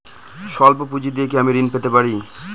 সল্প পুঁজি দিয়ে কি আমি ঋণ পেতে পারি?